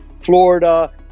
Florida